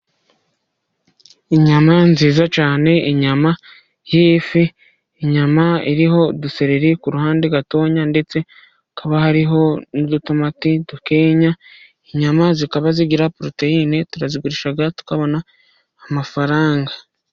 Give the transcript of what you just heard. Inyama nziza cyane, inyama y'ifi, inyama iriho udusereri ku ruhande gatoya, ndetse hakaba hariho n'udutmati dukeya. Inyama zikaba zigira poroteyine turazigurisha tukabona amafaranga.